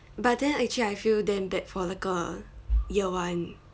but then actually I feel damn bad for 那个 year one